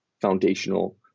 foundational